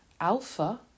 alpha